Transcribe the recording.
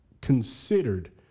considered